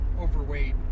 overweight